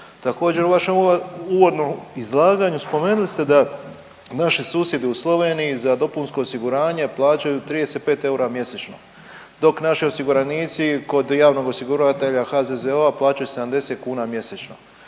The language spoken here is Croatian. Također u vašem uvodnom izlaganju spomenuli ste da naši susjedi u Sloveniji za dopunsko osiguranje plaćaju 35 eura mjesečno, dok naši osiguranici kod javnog osiguratelja HZZO-a plaćaju 70 kuna mjesečno.